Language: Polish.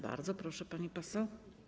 Bardzo proszę, pani poseł.